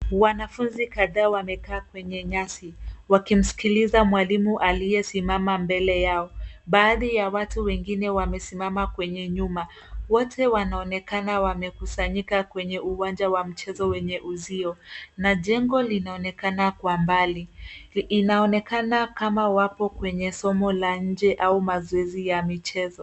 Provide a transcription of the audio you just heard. Wanafunzi kadhaa wamekaa kwenye nyasi, wakimsikiliza mwalimu aliyesimama mbele yao. Baadhi ya watu wengine wamesimama kwenye nyuma. Wote wanaonekana wamekusanyika kwenye uwanja wa mchezo wenye uzio. Na jengo linaonekana kwa mbali. Inaonekana kama wapo kwenye somo la nje au mazoezi ya michezo.